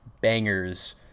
bangers